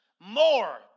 More